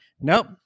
nope